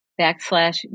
backslash